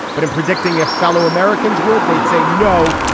but in predicting if fellow americans would, they'd say no.